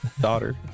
daughter